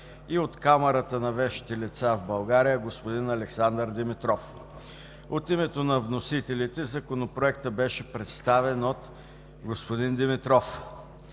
и от Камарата на вещите лица в България – господин Александър Димитров. От името на вносителите Законопроектът беше представен от господин Димитров,